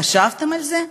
חשבתם על זה?